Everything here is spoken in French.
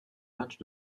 matchs